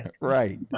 right